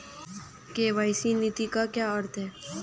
KYC नीति का क्या अर्थ है?